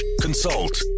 consult